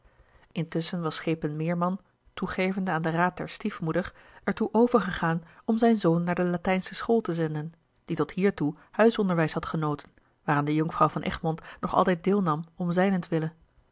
intusschen was schepen meerman toegevende aan den raad der stiefmoeder er toe overgegaan om zijn zoon naar de latijnsche school te zenden die tot hiertoe huis onderwijs had genoten waaraan de jonkvrouw van egmond nog altijd deelnam om zijnentwille